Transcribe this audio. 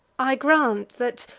i grant that,